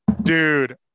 Dude